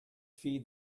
feed